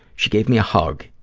she gave me a hug,